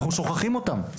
אנחנו שוכחים אותם,